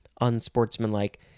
Unsportsmanlike